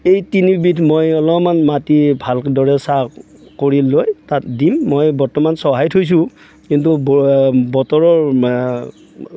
এই তিনিবিধ মই অলপমান মাটি ভালদৰে চাহ কৰি লৈ তাত দিম মই বৰ্তমান চহাই থৈছো কিন্তু বতৰৰ